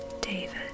David